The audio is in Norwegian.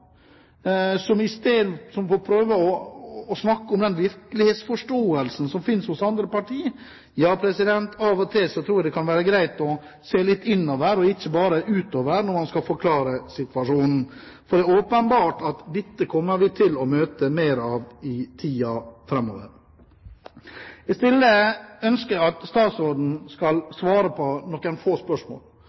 som prøver å snakke om den virkelighetsforståelsen som finnes hos andre partier. Av og til tror jeg det kan være greit å se litt innover, og ikke bare utover, når man skal forklare situasjonen. Det er åpenbart at dette kommer vi til å møte mer av i tiden framover. Jeg ønsker at statsråden skal svare på noen få spørsmål.